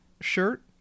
shirt